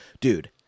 Dude